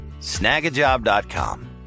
snagajob.com